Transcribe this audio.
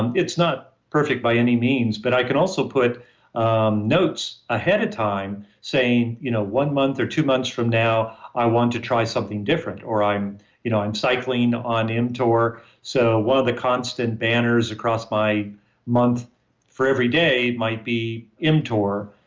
and it's not perfect by any means, but i can also put um notes ahead of time, saying you know one month or two months from now, i want to try something different. or, i'm you know i'm cycling on mtor. so, while the constant banners across my month for everyday might be mtor,